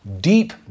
deep